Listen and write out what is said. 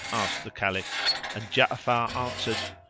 asked the caliph and ja'afar answered,